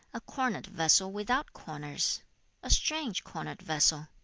a cornered vessel without corners a strange cornered vessel!